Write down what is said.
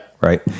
right